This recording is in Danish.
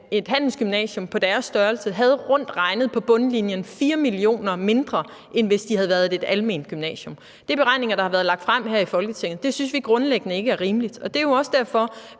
et handelsgymnasium på deres størrelse havde rundt regnet på bundlinjen 4 mio. kr. mindre, end hvis de havde været et alment gymnasium. Det er beregninger, der har været lagt frem her i Folketinget. Det synes vi grundlæggende ikke er rimeligt, og det er jo også derfor,